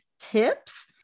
tips